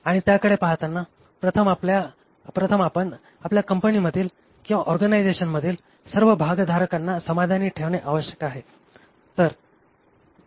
आणि त्याकडे पाहताना प्रथम आपण आपल्या कंपनीमधील किंवा ऑर्गनायझेशनमधील सर्व भागधारकांना समाधानी ठेवणे आवश्यक आहे